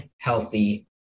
healthy